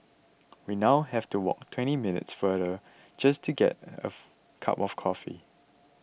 we now have to walk twenty minutes farther just to get a cup of coffee